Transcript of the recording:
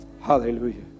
Hallelujah